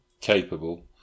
capable